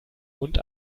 und